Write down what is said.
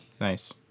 Nice